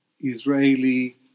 Israeli